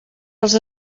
els